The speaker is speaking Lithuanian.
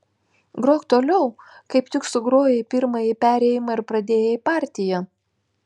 grok toliau kaip tik sugrojai pirmąjį perėjimą ir pradėjai partiją